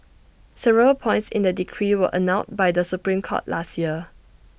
several points in the decree were annulled by the Supreme court last year